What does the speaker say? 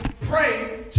pray